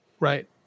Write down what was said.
Right